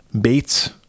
Bates